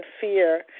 fear